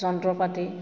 যন্ত্ৰপাতি